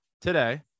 today